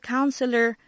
Counselor